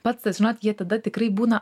pats tas žinot jie tada tikrai būna